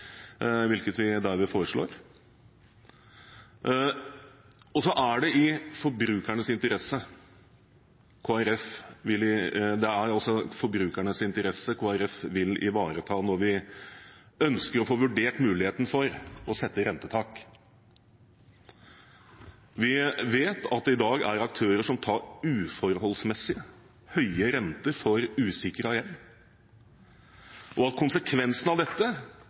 hvilket vi derved foreslår. Det er forbrukernes interesser Kristelig Folkeparti vil ivareta når vi ønsker å få vurdert muligheten for å sette rentetak. Vi vet at det i dag er aktører som tar uforholdsmessig høye renter for usikret gjeld, og at konsekvensene av dette